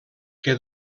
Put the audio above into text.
que